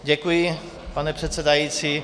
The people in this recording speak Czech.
Děkuji, pane předsedající.